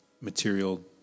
material